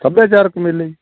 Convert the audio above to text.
ਸੱਭਿਆਚਾਰਕ ਮੇਲੇ